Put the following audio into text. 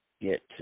get